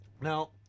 Now